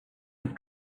have